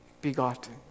begotten